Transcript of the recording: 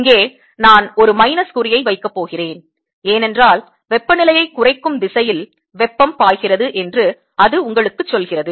இங்கே நான் ஒரு மைனஸ் குறியை வைக்கப் போகிறேன் ஏனென்றால் வெப்பநிலையை குறைக்கும் திசையில் வெப்பம் பாய்கிறது என்று அது உங்களுக்குச் சொல்கிறது